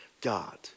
God